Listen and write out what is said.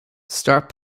start